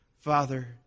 Father